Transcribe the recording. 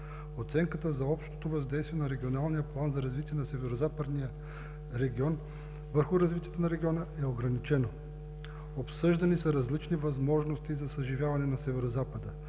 Оценката за общото въздействие на Регионалния план за развитие на Северозападния регион върху развитието на региона, е ограничено. Обсъждани са различни възможности за съживяване на Северозапада